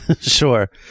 sure